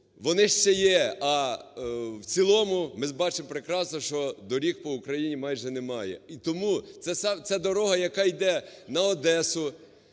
вони ще є. А в цілому, ми ж бачимо прекрасно, що доріг по Україні майже немає. І тому це дорога, яка йде на Одесу,